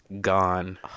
gone